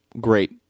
Great